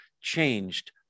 changed